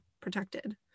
protected